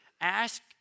Ask